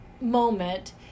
moment